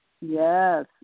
Yes